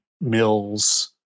Mills